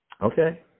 Okay